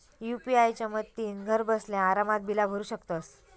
UPI च्या मदतीन घरबसल्या आरामात बिला भरू शकतंस